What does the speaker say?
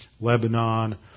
Lebanon